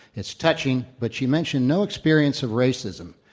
it's touching, but she mentioned no experience of racism.